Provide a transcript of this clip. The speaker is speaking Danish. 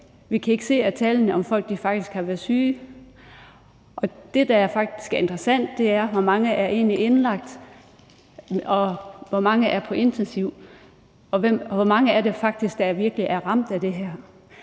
Vi kan ikke se af tallene, om folk faktisk har været syge. Det, der faktisk er interessant, er, hvor mange der egentlig er indlagt, og hvor mange der er på intensiv, og hvor mange det faktisk er, der virkelig er ramt af det her.